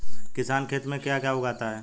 किसान खेत में क्या क्या उगाता है?